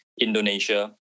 Indonesia